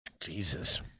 Jesus